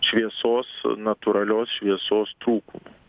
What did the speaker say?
šviesos natūralios šviesos trūkumu